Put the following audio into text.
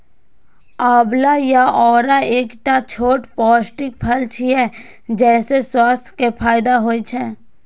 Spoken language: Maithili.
आंवला या औरा एकटा छोट पौष्टिक फल छियै, जइसे स्वास्थ्य के फायदा होइ छै